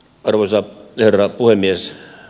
arvoisa herra puhemies